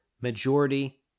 majority